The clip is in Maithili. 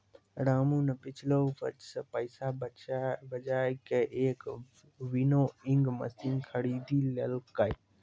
रामू नॅ पिछलो उपज सॅ पैसा बजाय कॅ एक विनोइंग मशीन खरीदी लेलकै